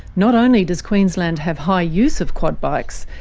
not only does queensland have high use of quad bikes,